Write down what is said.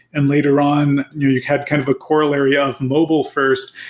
and later on you you had kind of a corollary ah of mobile first.